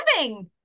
living